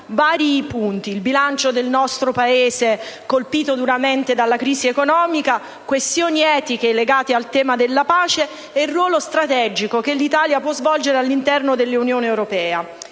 vari punti: il bilancio del nostro Paese colpito duramente dalla crisi economica, questioni etiche legate al tema della pace e il ruolo strategico che l'Italia può svolgere all'interno dell'Unione europea.